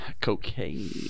cocaine